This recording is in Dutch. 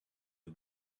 het